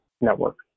network